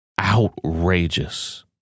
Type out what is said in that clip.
Outrageous